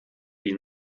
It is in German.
ihn